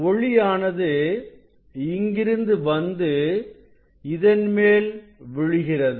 ஒளியானது இங்கிருந்து வந்து இதன் மேல் விழுகிறது